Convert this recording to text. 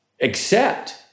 accept